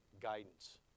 guidance